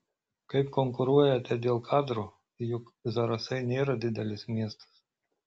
kaip konkuruojate dėl kadro juk zarasai nėra didelis miestas